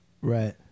Right